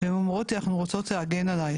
הן אומרות לי שהן רוצות להגן עליי,